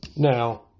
Now